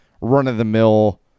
run-of-the-mill